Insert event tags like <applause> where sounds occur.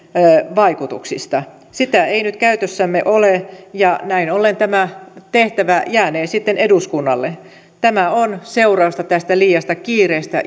vaikutuksista sitä ei nyt käytössämme ole ja näin ollen tämä tehtävä jäänee sitten eduskunnalle tämä on seurausta tästä liiasta kiireestä <unintelligible>